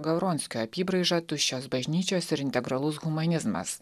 gauronskio apybraižą tuščios bažnyčios ir integralus humanizmas